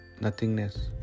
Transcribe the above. nothingness